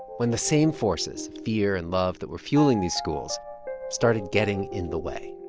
when the same forces fear and love that were fueling these schools started getting in the way